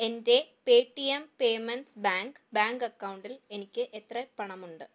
എൻ്റെ Paytm payments bank bank അക്കൗണ്ടിൽ എനിക്ക് എത്ര പണമുണ്ട്